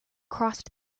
crossed